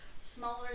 Smaller